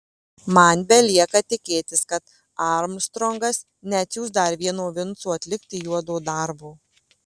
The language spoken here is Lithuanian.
man belieka tikėtis kad armstrongas neatsiųs dar vieno vinco atlikti juodo darbo